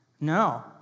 No